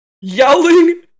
yelling